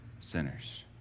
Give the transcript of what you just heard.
sinners